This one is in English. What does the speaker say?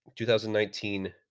2019